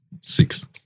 Six